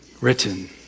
written